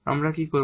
আমরা কি করব